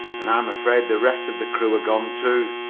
and i'm afraid the rest of the crew are gone, too.